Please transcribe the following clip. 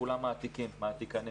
כולם מעתיקים,